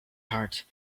heart